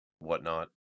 whatnot